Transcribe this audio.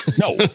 No